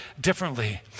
differently